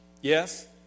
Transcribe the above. yes